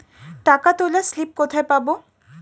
টাকা তোলার স্লিপ কোথায় পাব?